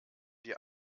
die